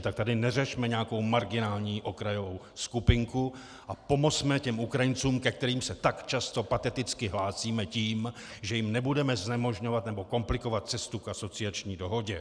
Tak tady neřešme nějakou marginální okrajovou skupinku a pomozme těm Ukrajincům, ke kterým se tak často pateticky hlásíme tím, že jim nebudeme znemožňovat nebo komplikovat cestu k asociační dohodě.